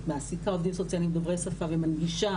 שמעסיקה עובדים סוציאליים דוברי שפה ומנגישה